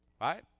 right